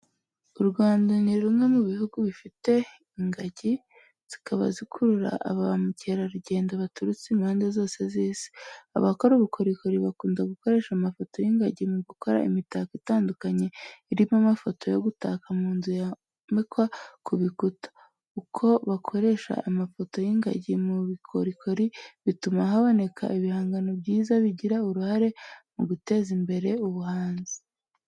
U Rwanda ni rumwe mu bihugu bifite ingagi, zikaba zikurura ba mukerarugendo baturutse impande zose z'isi. Abakora ubukorikori bakunda gukoresha amafoto y'ingagi mu gukora imitako itandukanye irimo amafoto yo gutaka mu nzu yomekwa ku bikuta. Uko bakoresha amafoto y'ingagi mu bukorikori, bituma haboneka ibihangano byiza bigira uruhare mu guteza imbere ubuhanzi.